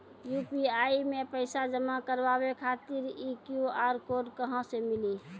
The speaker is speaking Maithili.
यु.पी.आई मे पैसा जमा कारवावे खातिर ई क्यू.आर कोड कहां से मिली?